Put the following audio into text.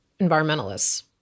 environmentalists